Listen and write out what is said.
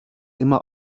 immer